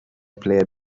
player